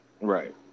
Right